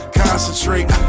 concentrate